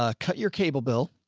ah cut your cable bill.